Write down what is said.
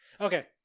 okay